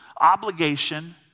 obligation